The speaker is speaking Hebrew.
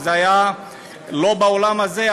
זה לא היה באולם הזה,